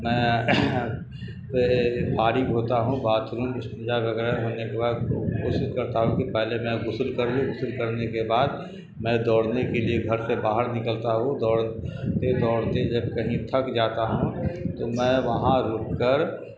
میں فارغ ہوتا ہوں باتھ روم وغیرہ ہونے کے بعد کوشش کرتا ہوں کہ پہلے میں غسل کر لوں غسل کرنے کے بعد میں دوڑنے کے لیے گھر سے باہر نکلتا ہوں دوڑتے دوڑتے جب کہیں تھک جاتا ہوں تو میں وہاں رک کر